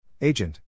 Agent